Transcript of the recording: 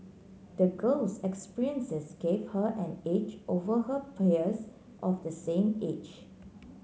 the girl's experiences gave her an edge over her peers of the same age